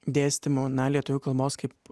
dėstymu na lietuvių kalbos kaip